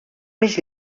més